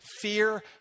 fear